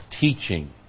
teaching